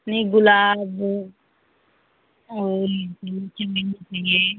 नहीं गुलाब है और यह वह चमेली का चाहिए